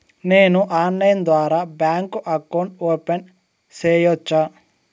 నేను ఆన్లైన్ ద్వారా bank account open సేయొచ్చా?